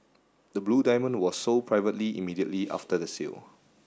the blue diamond was sold privately immediately after the sale